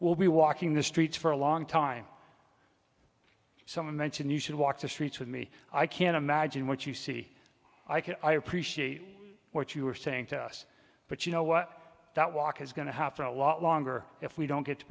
will be walking the streets for a long time someone mentioned you should walk the streets with me i can't imagine what you see i can i appreciate what you are saying to us but you know what that walk is going to have to a lot longer if we don't get to